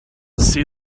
see